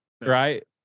right